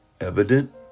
evident